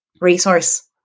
resource